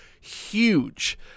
huge